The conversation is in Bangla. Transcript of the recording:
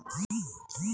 রবি শস্য কাকে বলে?